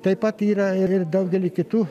taip pat yra ir ir daugely kitų